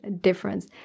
difference